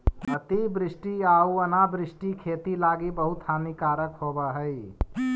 अतिवृष्टि आउ अनावृष्टि खेती लागी बहुत हानिकारक होब हई